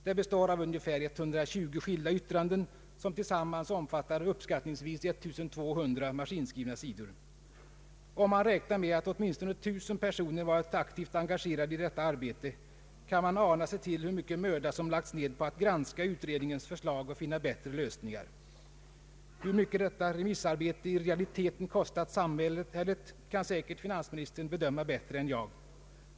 Det består av ungefär 120 skilda yttranden, som tillsammans upptar uppskattningsvis 1200 maskinskrivna sidor. Om man räknar med att åtminstone 1000 personer varit aktivt engagerade i detta arbete, kan man ana sig till hur mycken möda som lagts ned på att granska utredningens förslag och finna bättre lösningar. Hur mycket detta remissarbete i realiteten kostat samhället, kan säkert finansministern bedöma bättre än jag.